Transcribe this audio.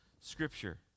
Scripture